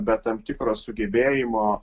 be tam tikro sugebėjimo